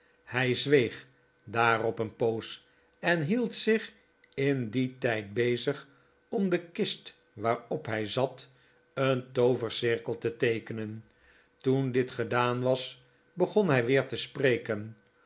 hij zweeg daarop een poos en hield zich in dien tijd bezig met om de kist waarop hij zat een toovercirkel te teekenen toen dit gedaan was begon hij weer te spreken